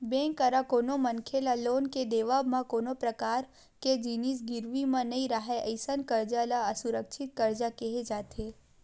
bank करा कोनो मनखे ल लोन के देवब म कोनो परकार के जिनिस गिरवी म नइ राहय अइसन करजा ल असुरक्छित करजा केहे जाथे